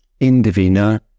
Indivina